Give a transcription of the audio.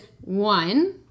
one